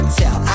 tell